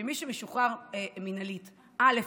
שמי שמשוחרר מינהלית, א.